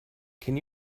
can